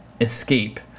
escape